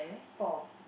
four